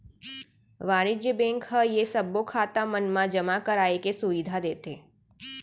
वाणिज्य बेंक ह ये सबो खाता मन मा जमा कराए के सुबिधा देथे